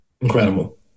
Incredible